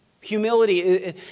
humility